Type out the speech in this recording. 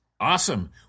Awesome